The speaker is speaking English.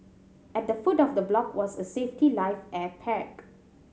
at the foot of the block was a safety life air pack